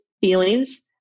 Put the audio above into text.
feelings